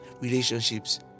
relationships